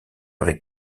avec